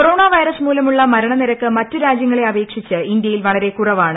corona virus മൂലമുള്ള മരണ നിരക്ക് മറ്റ് രാജൃങ്ങളെ അപേക്ഷിച്ച് ഇന്തൃയിൽ വളരെ കുറവാണ്